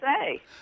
say